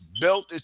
built